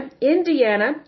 Indiana